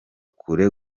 kure